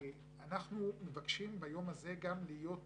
אנחנו מבקשים ביום הזה גם להיות